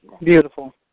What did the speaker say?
Beautiful